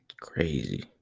crazy